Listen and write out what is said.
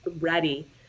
ready